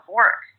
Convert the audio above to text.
work